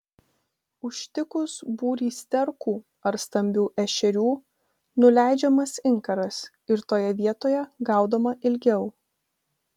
užtikus būrį sterkų ar stambių ešerių nuleidžiamas inkaras ir toje vietoje gaudoma ilgiau